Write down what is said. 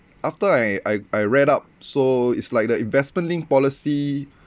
after I I I read up so it's like the investment-linked policy